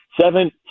seven